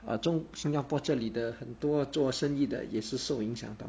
err 中新加坡这里的很多做生意的也是受影响的